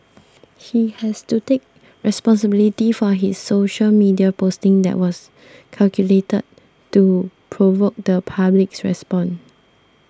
he has to take responsibility for his social media posting that was calculated to provoke the public's response